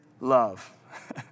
love